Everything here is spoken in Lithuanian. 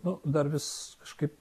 nu dar vis kažkaip